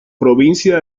provincia